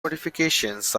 modifications